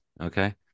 okay